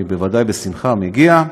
אני בוודאי בשמחה מגיע.